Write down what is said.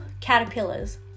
caterpillars